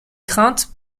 craintes